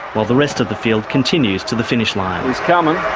while the rest of the field continues to the finish line. he's coming.